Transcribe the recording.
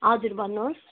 हजुर भन्नुहोस्